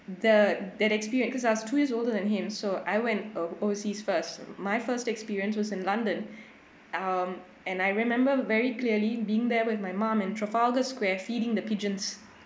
the that experience cause I was two years older than him so I went ov~ overseas first my first experience was in london um and I remember very clearly being there with my mum in trafalgar square feeding the pigeons